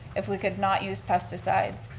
if we could not use pesticides,